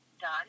done